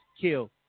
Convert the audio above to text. kill